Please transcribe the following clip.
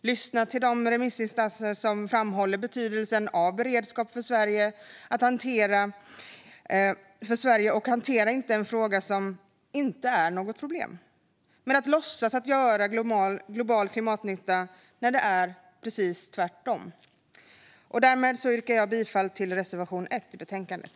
Lyssna till de remissinstanser som framhåller betydelsen av beredskap för Sverige. Hantera inte en fråga som inte är ett problem genom att låtsas göra global klimatnytta när det är precis tvärtom. Därmed yrkar jag bifall till reservation 1 i betänkandet.